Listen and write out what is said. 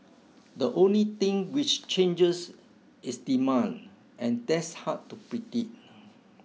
the only thing which changes is demand and that's hard to predict